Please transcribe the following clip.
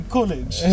College